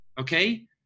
Okay